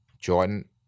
Jordan